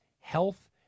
health